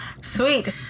sweet